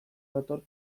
dator